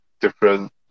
different